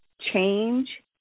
change